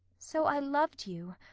so i loved you.